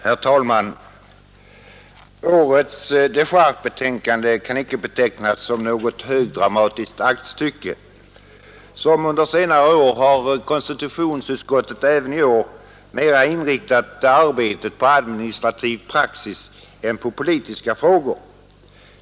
Herr talman! Årets dechargebetänkande kan inte betecknas som något högdramatiskt aktstycke. Som under senare år har konstitutionsutskottet även i år inriktat arbetet mera på administrativ praxis än på politiska frågor.